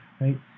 right